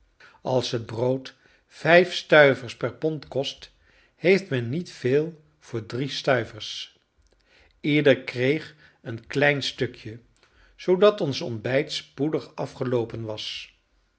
als het brood vijf stuivers per pond kost heeft men niet veel voor drie stuivers ieder kreeg een klein stukje zoodat ons ontbijt spoedig afgeloopen was